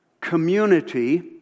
community